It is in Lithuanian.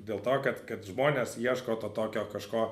dėl to kad kad žmonės ieško to tokio kažko